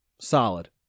Solid